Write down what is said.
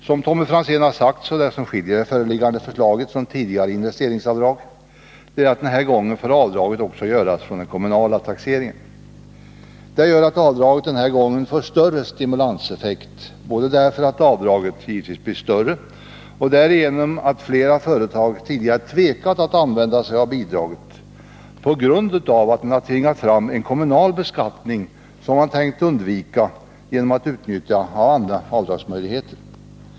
Som Tommy Franzén sade är det som skiljer avdraget enligt det nu föreliggande förslaget från tidigare investeringsavdrag att avdraget den här gången också får göras från den kommunala taxeringen. Detta gör att avdraget nu får större stimulanseffekt både därför att avdraget givetvis blir större och därför att man kan nå även de företag som tidigare tvekat att använda sig av avdraget på grund av att det tvingat fram en kommunal beskattning som man annars tänkt undvika genom att utnyttja andra avdragsmöjligheter.